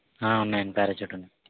ఉన్నాయండి ప్యారాచూట్ ఉంది